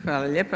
Hvala lijepa.